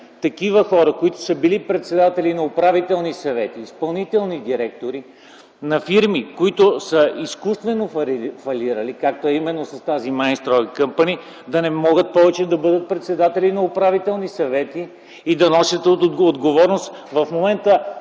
такива хора, които са били председатели на управителни съвети, изпълнителни директори на фирми, които са изкуствено фалирали, както е именно с тази „Минстрой Майнинг Къмпани” да не могат повече да бъдат председатели на управителни съвети и да носят отговорност. В момента